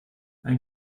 ein